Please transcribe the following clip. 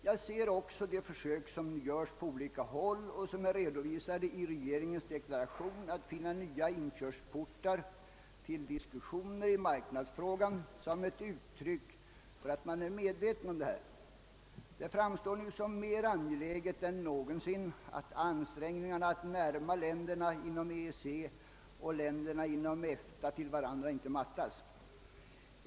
Jag ser också de försök som görs på olika håll och som är redovisade i regeringens deklaration att finna nya inkörsportar till diskussioner i marknadsfrågan såsom ett uttryck för att man är medveten om dessa saker. Det framstår nu som mer angeläget än någonsin att ansträngningarna att närma länderna inom EEC och länderna inom EFTA till varandra inte mattas.